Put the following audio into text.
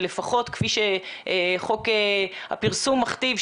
ולפחות כפי שחוק הפרסום מכתיב,